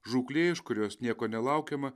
žūklė iš kurios nieko nelaukiama